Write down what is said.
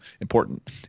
important